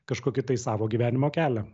kažkokį tai savo gyvenimo kelią